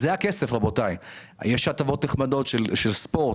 יש הטבות נחמדות של ספורט,